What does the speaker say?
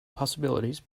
possibilities